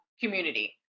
community